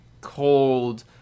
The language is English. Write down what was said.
cold